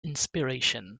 inspiration